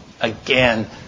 again